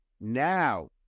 now